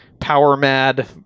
power-mad